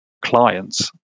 clients